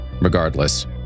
Regardless